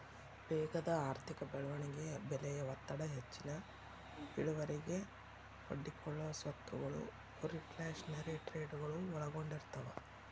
ವೇಗದ ಆರ್ಥಿಕ ಬೆಳವಣಿಗೆ ಬೆಲೆಯ ಒತ್ತಡ ಹೆಚ್ಚಿನ ಇಳುವರಿಗೆ ಒಡ್ಡಿಕೊಳ್ಳೊ ಸ್ವತ್ತಗಳು ರಿಫ್ಲ್ಯಾಶನರಿ ಟ್ರೇಡಗಳು ಒಳಗೊಂಡಿರ್ತವ